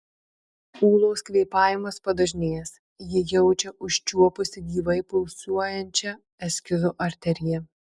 ūlos kvėpavimas padažnėjęs ji jaučia užčiuopusi gyvai pulsuojančią eskizo arteriją